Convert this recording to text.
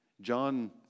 John